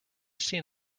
seen